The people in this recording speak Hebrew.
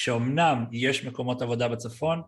‫שאומנם יש מקומות עבודה בצפון.